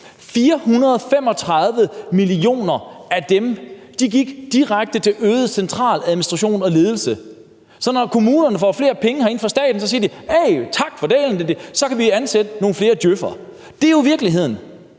434 mio. kr. af dem gik direkte til øget centraladministration og ledelse. Så når kommunerne får flere penge herinde fra staten, siger de: Hey, tak for det, så kan vi ansætte nogle flere djøf'ere. Det er jo virkeligheden.